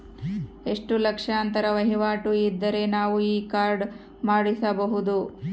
ಎಷ್ಟು ಲಕ್ಷಾಂತರ ವಹಿವಾಟು ಇದ್ದರೆ ನಾವು ಈ ಕಾರ್ಡ್ ಮಾಡಿಸಬಹುದು?